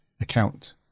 account